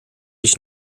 ich